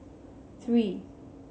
three